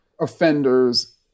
offenders